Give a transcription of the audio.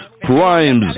Crimes